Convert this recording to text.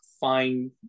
find